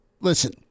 Listen